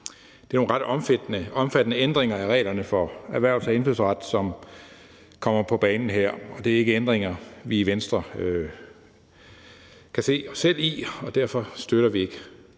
Det er nogle ret omfattende ændringer af reglerne for erhvervelse af indfødsret, som kommer på banen her, og det er ikke ændringer, vi i Venstre kan se os selv i, og derfor støtter vi ikke